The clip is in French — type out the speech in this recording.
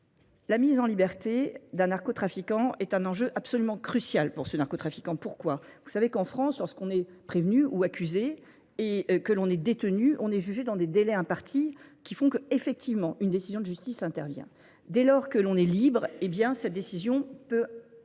La mise en liberté d'un narcotrafiquant est un enjeu absolument crucial pour ce narcotrafiquant. Pourquoi ? Vous savez qu'en France, lorsqu'on est prévenu ou accusé et que l'on est détenu, on est jugé dans des délais impartis qui font qu'effectivement une décision de justice s'intervient. Dès lors que l'on est libre, et bien cette décision peut...